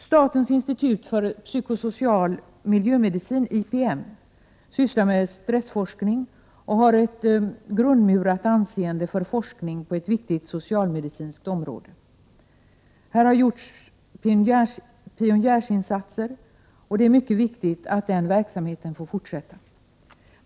Statens institut för psykosocial miljömedicin, IPM, sysslar med stressforskning och har ett grundmurat anseende för forskning på ett viktigt socialmedicinskt område. Här har gjorts pionjärinsatser, och det är mycket viktigt att den verksamheten får fortsätta.